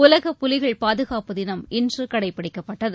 உலக புலிகள் பாதுகாப்பு தினம் இன்றுகடைபிடிக்கப்பட்டது